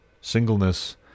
singleness